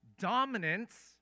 dominance